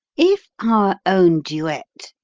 if our own duet,